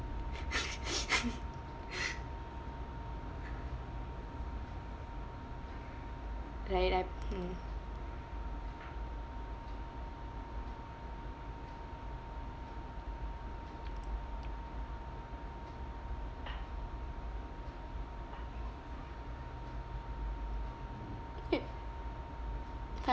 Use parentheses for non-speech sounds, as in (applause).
(laughs) right up mm (noise) if